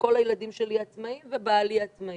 כל הילדים שלי עצמאים ובעלי עצמאי.